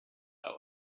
all